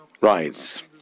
rights